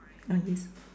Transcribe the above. ah yes